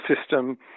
system